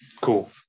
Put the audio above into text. cool